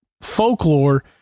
folklore